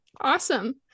Awesome